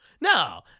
no